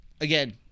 again